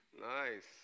Nice